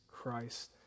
Christ